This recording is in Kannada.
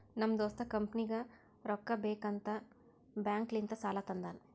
ನಮ್ ದೋಸ್ತ ಕಂಪನಿಗ್ ರೊಕ್ಕಾ ಬೇಕ್ ಅಂತ್ ಬ್ಯಾಂಕ್ ಲಿಂತ ಸಾಲಾ ತಂದಾನ್